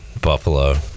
buffalo